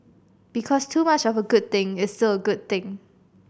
because too much of a good thing is still a good thing